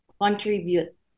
contribute